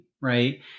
right